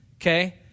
okay